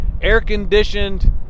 air-conditioned